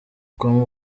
com